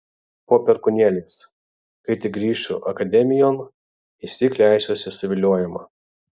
po perkūnėliais kai tik grįšiu akademijon išsyk leisiuosi suviliojama